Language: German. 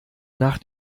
nach